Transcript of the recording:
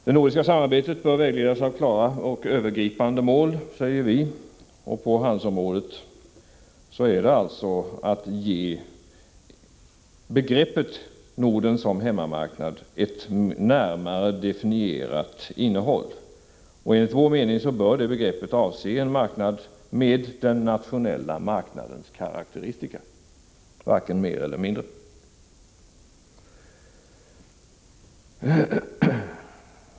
Det nordiska samarbetet bör vägledas av klara och övergripande mål, säger vi, och på handelsområdet handlar det således om att ge begreppet Norden som hemmamarknad ett närmare definierat innehåll. Enligt vår mening bör det begreppet avse en marknad med den nationella marknadens karakteristika, varken mer eller mindre.